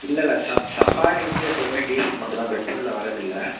இல்லை இல்லை சஃப்ஃபாரி வந்து எப்போதுமே டீசல் மட்டும் தான் பெட்ரோலில் வரதில்லை